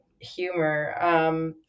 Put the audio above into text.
humor